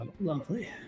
lovely